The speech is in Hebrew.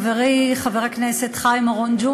חברי חבר הכנסת חיים אורון,